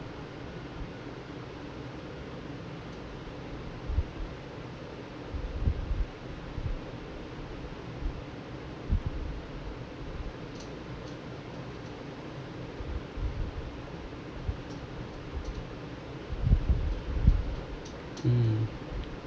mm